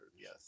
yes